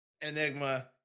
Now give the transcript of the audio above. Enigma